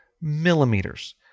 millimeters